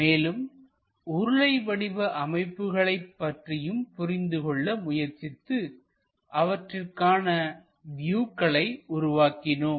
மேலும் உருளை வடிவ அமைப்புகளைப் பற்றியும் புரிந்து கொள்ள முயற்சித்து அவற்றிற்கான வியூக்களை உருவாக்கினோம்